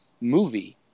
movie